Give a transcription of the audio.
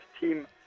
team